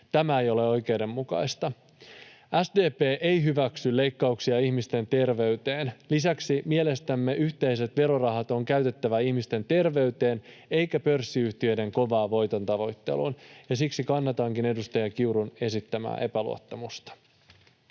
Tämä ei ole oikeudenmukaista. SDP ei hyväksy leikkauksia ihmisten terveyteen. Lisäksi mielestämme yhteiset verorahat on käytettävä ihmisten terveyteen eikä pörssiyhtiöiden kovaan voitontavoitteluun. Siksi kannatankin edustaja Kiurun esittämää epäluottamusta.